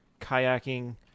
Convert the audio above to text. kayaking